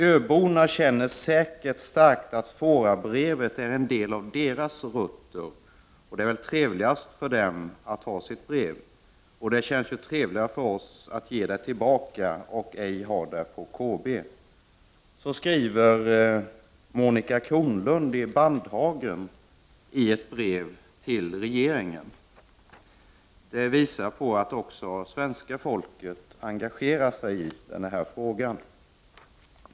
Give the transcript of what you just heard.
Öborna känner säkert starkt att Fårabrevet är en del av deras ”rötter”, och det är väl trevligast för dem att ha sitt brev. Och det känns ju trevligare för oss att ge det tillbaka, och ej ha det på KB.” Det här brevet visar att också svenska folket engagerar sig i denna fråga.